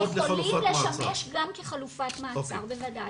הם יכולים לשמש גם כחלופת מעצר, בוודאי.